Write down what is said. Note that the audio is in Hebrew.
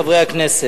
חברי הכנסת,